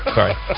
Sorry